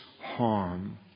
harm